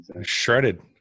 Shredded